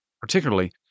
particularly